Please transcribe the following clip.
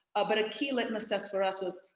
ah but ah key litmus test for us was,